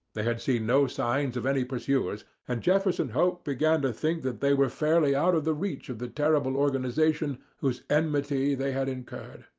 they had seen no signs of any pursuers, and jefferson hope began to think that they were fairly out of the reach of the terrible organization whose enmity they had incurred.